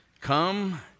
Come